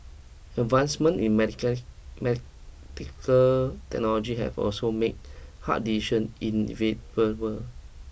advancements in medical technology have also made hard decision inevitable